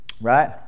Right